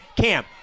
Cam